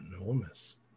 enormous